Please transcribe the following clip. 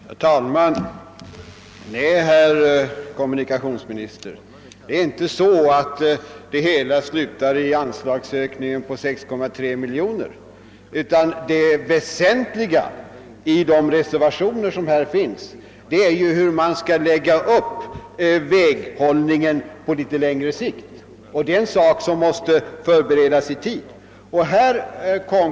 Herr talman! Nej, herr kommunikationsminister, det är inte så att det hela bara slutar med en begäran om anslagsökning med 6,3 miljoner kronor. Det väsentliga i de reservationer som finns är hur man skall lägga upp väghållningen på längre sikt, och det är något som måste påbörjas i god tid.